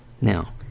Now